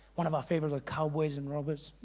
one of our favorites was cowboys and robbers,